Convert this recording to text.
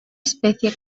especie